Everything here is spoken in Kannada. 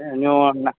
ನೀವು ನ